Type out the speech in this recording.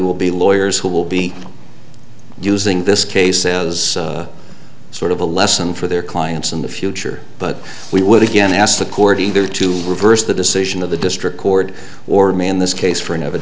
will be lawyers who will be using this case says sort of a lesson for their clients in the future but we would again ask the court either to reverse the decision of the district court or may in this case for an